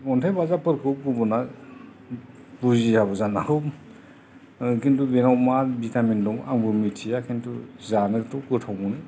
अन्थाइ बाजाबफोरखौ गुबुना बुजियाबो जानो हागौ खिन्थु बेनाव मा भिटामिन दं आंबो मिथिया खिन्थु जानोथ' गोथाव मोनो